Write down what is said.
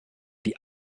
die